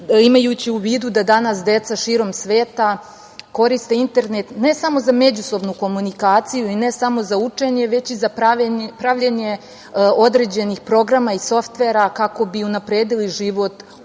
imajući u vidu da danas deca širom sveta koriste internet ne samo za međusobnu komunikaciju i ne samo za učenje, već i za pravljenje određenih programa i softvera kako bi unapredili život u